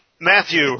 Matthew